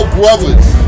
Brothers